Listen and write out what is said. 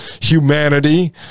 humanity